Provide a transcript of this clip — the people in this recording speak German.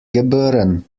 geboren